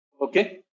okay